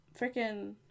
freaking